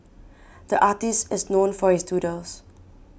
the artist is known for his doodles